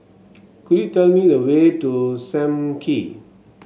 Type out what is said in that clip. could you tell me the way to Sam Kee